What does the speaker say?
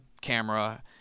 camera